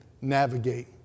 navigate